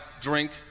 drink